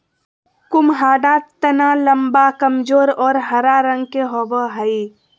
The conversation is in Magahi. कुम्हाडा तना लम्बा, कमजोर और हरा रंग के होवो हइ